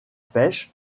pêche